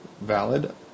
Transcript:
valid